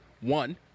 one